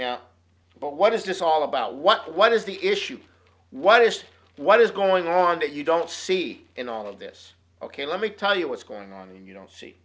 now but what is this all about what what is the issue what is what is going on that you don't see in all of this ok let me tell you what's going on and you know see